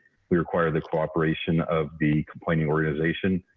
we require the cooperation of the planning organization.